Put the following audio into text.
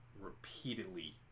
repeatedly